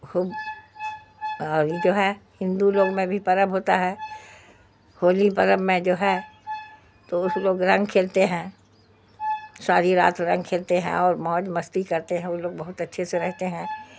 خوب اور یہ جو ہے ہندو لوگ میں بھی پرب ہوتا ہے ہولی پرب میں جو ہے تو اس لوگ رنگ کھیلتے ہیں ساری رات رنگ کھیلتے ہیں اور موج مستی کرتے ہیں وہ لوگ بہت اچھے سے رہتے ہیں